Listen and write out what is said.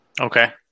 okay